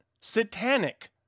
satanic